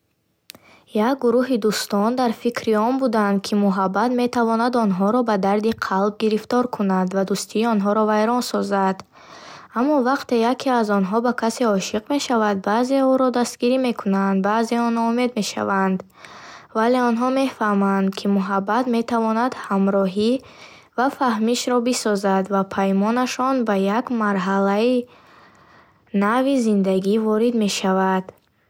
Як гурӯҳи дӯстон, дар фикри он буданд, ки муҳаббат метавонад онҳоро ба дарди қалб гирифтор кунад ва дӯстии онҳоро вайрон созад. Аммо вақте яке аз онҳо ба касе ошиқ мешавад, баъзеҳо ӯро дастгирӣ мекунанд, баъзеҳо ноумед мешаванд. Вале онҳо мефаҳманд, ки муҳаббат метавонад ҳамроҳӣ ва фаҳмишро бисозад ва паймонашон ба як марҳалаи нави зиндагӣ ворид мешавад.